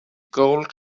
gold